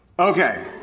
Okay